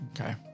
Okay